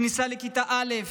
בכניסה לכיתה א',